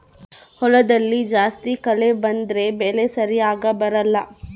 ಹೊಲದಲ್ಲಿ ಜಾಸ್ತಿ ಕಳೆ ಬಂದ್ರೆ ಬೆಳೆ ಸರಿಗ ಬರಲ್ಲ